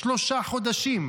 שלושה חודשים.